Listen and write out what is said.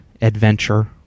adventure